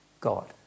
God